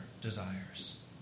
desires